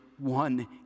one